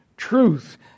truth